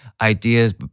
Ideas